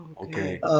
Okay